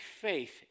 faith